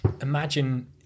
imagine